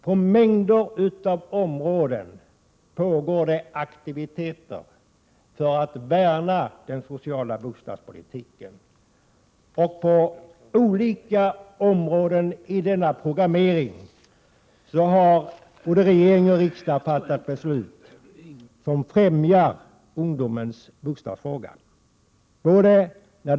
På mängder av områden pågår det aktiviteter för att värna den sociala bostadspolitiken. På olika områden har regering och riksdag fattat beslut som främjar ungdomens möjligheter att få bostad.